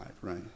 right